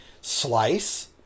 Slice